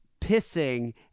pissing